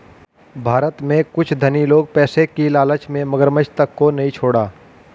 भारत में कुछ धनी लोग पैसे की लालच में मगरमच्छ तक को नहीं छोड़ा